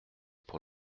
pour